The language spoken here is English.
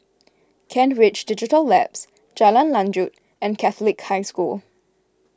Kent Ridge Digital Labs Jalan Lanjut and Catholic High School